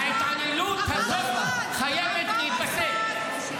ההתעללות הזאת חייבת להיפסק.